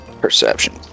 perception